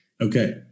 Okay